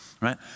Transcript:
right